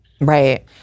Right